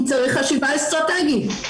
כי צריך חשיבה אסטרטגית.